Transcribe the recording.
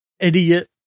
idiot